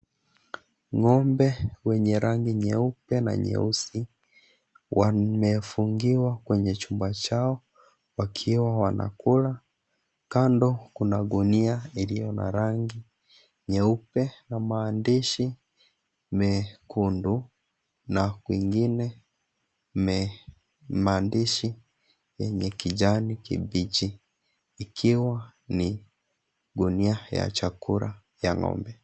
Ng'ombe wenye rangi nyeupe na nyeusi wamefungiwa kwenye chumba chao wakiwa wanakula. Kando kuna gunia iliyo na rangi nyeupe na maandishi mekundu na kwingine maandishi yenye kijani kibichi, ikiwa ni gunia ya chakula ya ng'ombe.